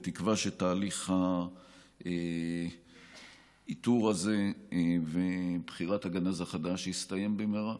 בתקווה שתהליך האיתור הזה ובחירת הגנז החדש יסתיים במהרה.